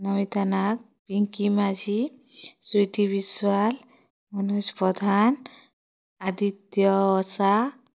Namita Nag Rinki Majhi Sweety Biswal Manoj Pradhan Aditya Sha